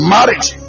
Marriage